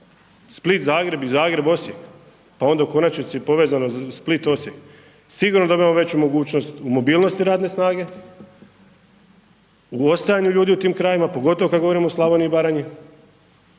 Split-Zagreb i Zagreb-Osijek, pa onda u konačnici povezano Split-Osijek, sigurno dobiva veću mogućnost u mobilnosti radne snage, u ostajanju ljudi u tim krajevima, pogotovo kad govorimo o Slavoniji i Baranji,